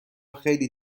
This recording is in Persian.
خیلی